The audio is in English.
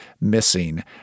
missing